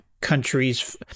countries